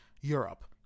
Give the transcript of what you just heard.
Europe